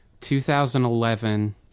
2011